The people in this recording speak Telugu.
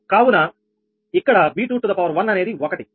కావున ఇక్కడ 𝑉21 అనేది 1